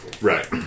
Right